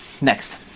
Next